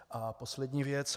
A poslední věc.